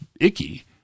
icky